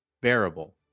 Bearable